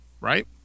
right